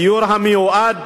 דיור המיועד